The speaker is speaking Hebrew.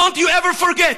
don't you ever forget,